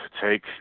take